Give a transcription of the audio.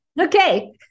Okay